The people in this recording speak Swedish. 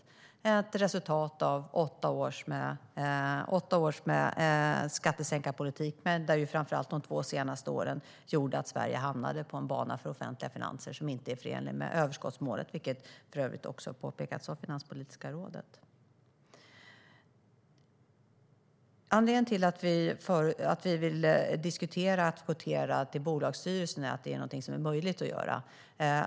Det var ett resultat av åtta års skattesänkarpolitik, där framför allt de två senaste åren gjorde att Sveriges offentliga finanser hamnade på en bana som inte är förenlig med överskottsmålet. Det har för övrigt också påpekats av Finanspolitiska rådet. Anledningen till att vi vill diskutera kvotering till bolagsstyrelser är att det är någonting som är möjligt att göra.